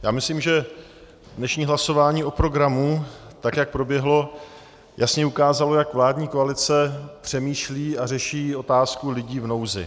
Já myslím, že dnešní hlasování o programu, tak jak proběhlo, jasně ukázalo, jak vládní koalice přemýšlí a řeší otázku lidí v nouzi.